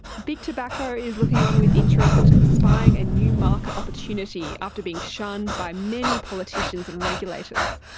big tobacco is looking on with interest, spying a new market opportunity after being shunned by many politicians and regulators.